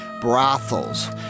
brothels